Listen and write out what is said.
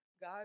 God